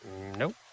Nope